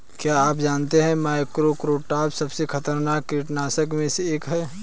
क्या आप जानते है मोनोक्रोटोफॉस सबसे खतरनाक कीटनाशक में से एक है?